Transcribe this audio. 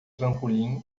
trampolim